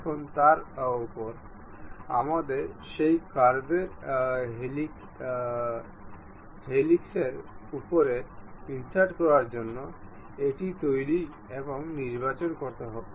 এখন তার উপর আমাদের সেই কার্ভর হেলিক্সের উপরে ইনসার্ট করার জন্য এটি তৈরি এবং নির্বাচন করতে হবে